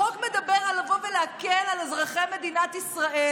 החוק מדבר על לבוא ולהקל על אזרחי מדינת ישראל,